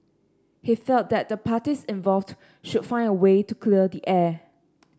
he felt that the parties involved should find a way to clear the air